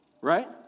Right